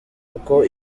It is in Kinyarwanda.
kuko